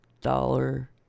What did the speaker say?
dollar